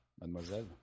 Mademoiselle